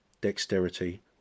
Dexterity